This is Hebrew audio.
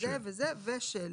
"זה וזה, ושל".